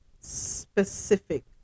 specific